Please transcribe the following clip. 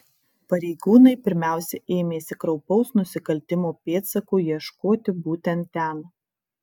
pareigūnai pirmiausia ėmėsi kraupaus nusikaltimo pėdsakų ieškoti būtent ten